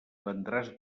vendràs